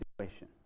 situation